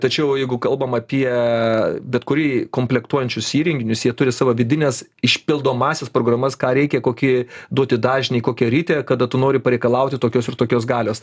tačiau jeigu kalbam apie bet kurį komplektuojančius įrenginius jie turi savo vidines išpildomąsias programas ką reikia kokį duoti dažnį kokią ritę kada tu nori pareikalauti tokios ir tokios galios